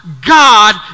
God